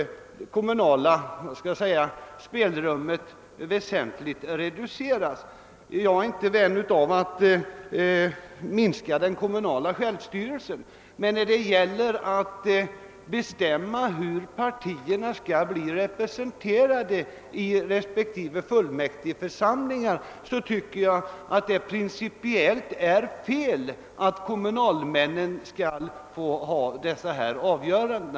det kommunala spelrummet väsentligt reduceras. Jag är inte någon vän av att minska den kommunala självstyrelsen, men när det gäller att bestämma hur partierna skall bli representerade i respektive fullmäktigeförsamlingar tycker jag att det principiellt är fel att kommunalmännen skall få träffa dessa avgöranden.